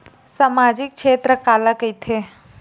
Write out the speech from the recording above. सामजिक क्षेत्र काला कइथे?